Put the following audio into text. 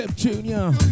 Junior